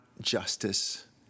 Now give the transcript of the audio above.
justice